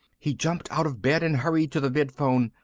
he jumped out of bed and hurried to the vidphone.